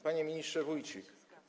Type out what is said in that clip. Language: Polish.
Panie Ministrze Wójcik!